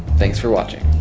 thanks for watching